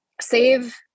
save